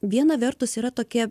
viena vertus yra tokia